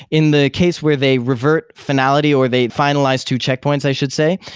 in the case where they revert finality or they'd finalize two checkpoints, i should say,